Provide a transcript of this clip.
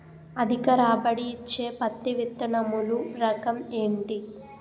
అధిక రాబడి ఇచ్చే పత్తి విత్తనములు రకం ఏంటి?